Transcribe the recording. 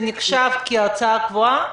זה נחשב כהוצאה קבועה?